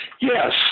Yes